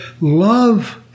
Love